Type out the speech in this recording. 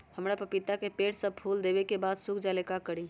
हमरा पतिता के पेड़ सब फुल देबे के बाद सुख जाले का करी?